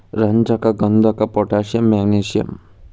ರಂಜಕ ಗಂಧಕ potassium magnesium